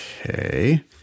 Okay